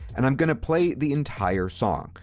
and i'm going to play the entire song.